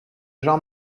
jean